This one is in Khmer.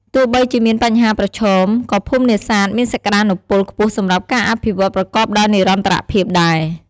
ទោះបីជាមានបញ្ហាប្រឈម ក៏ភូមិនេសាទមានសក្តានុពលខ្ពស់សម្រាប់ការអភិវឌ្ឍន៍ប្រកបដោយនិរន្តរភាពដែរ។